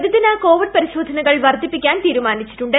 പ്രതിദിന കോവിഡ് പരിശോധനകൾ വർധിപ്പിക്കാൻ തീരുമാനിച്ചിട്ടുണ്ട്